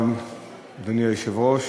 אדוני היושב-ראש,